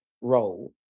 role